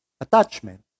attachment